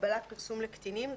הגבלת פרסום לקטינים,